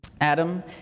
Adam